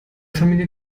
familie